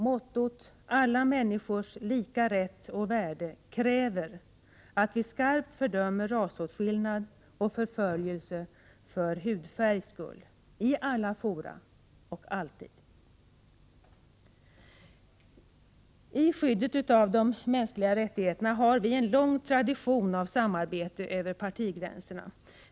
Mottot ”alla människors lika rätt och värde” kräver att vi skarpt fördömer rasåtskillnad och förföljelse för hudfärgs skull, i alla fora och alltid. I skyddet av de mänskliga rättigheterna har vi en lång tradition av samarbete över partigränserna.